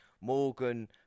Morgan